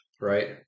right